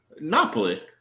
Napoli